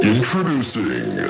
Introducing